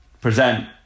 present